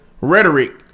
rhetoric